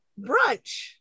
brunch